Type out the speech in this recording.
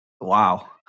Wow